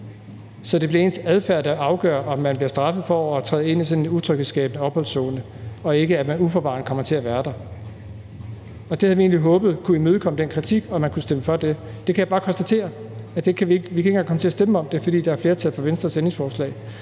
så det bliver ens adfærd, der afgør, om man bliver straffet for at træde ind i sådan en utryghedsskabende opholdszone, og ikke, at man uforvarende kommer til at være der. Det havde vi egentlig håbet kunne imødekomme den kritik, og at man kunne stemme for det. Jeg kan bare konstatere, at vi ikke engang kan komme til at stemme om det, fordi der er et flertal for Venstres ændringsforslag.